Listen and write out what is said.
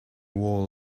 wall